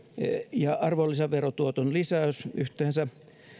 ja arvonlisäverotuoton lisäys yhteensä